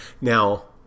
Now